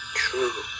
true